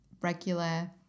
regular